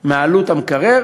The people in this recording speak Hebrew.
מעלות המקרר